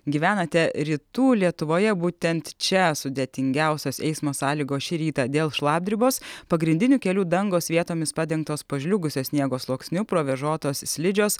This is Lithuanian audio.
gyvenate rytų lietuvoje būtent čia sudėtingiausios eismo sąlygos šį rytą dėl šlapdribos pagrindinių kelių dangos vietomis padengtos pažliugusio sniego sluoksniu provėžotos slidžios